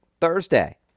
Thursday